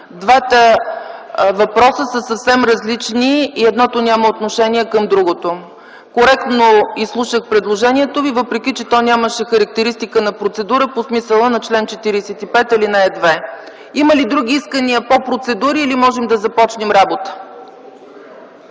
Двата въпроса са съвсем различни и едното няма отношение към другото. Коректно изслушах предложението Ви, въпреки че то нямаше характеристика на процедура по смисъла на чл. 45, ал. 2. Има ли други искания по процедури или можем да започнем работа?